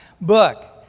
book